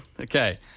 Okay